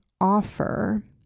offer